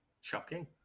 shocking